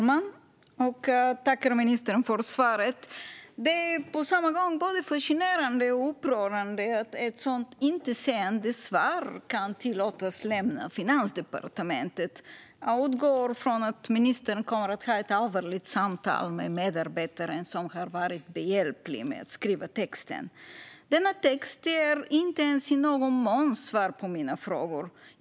Herr talman! Tack, ministern, för svaret! Det är både fascinerande och upprörande att ett sådant intetsägande svar kan tillåtas lämna Finansdepartementet. Jag utgår från att ministern kommer att ha ett allvarligt samtal med medarbetaren som har varit behjälplig med att skriva svarstexten. Denna text ger inte ens i någon mån svar på mina frågor.